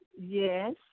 Yes